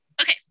Okay